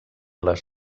les